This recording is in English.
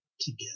together